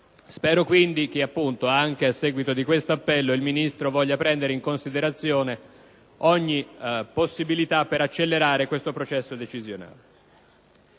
Spero quindi che, anche a seguito di questo appello, il Ministro voglia prendere in considerazione ogni possibilità per accelerare questo processo decisionale.